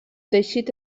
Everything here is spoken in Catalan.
teixit